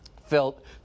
felt